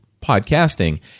podcasting